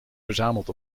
verzameld